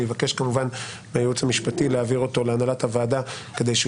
אני אבקש מהייעוץ המשפטי להעביר את הנוסח להנהלת הוועדה כדי שהוא